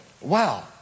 Wow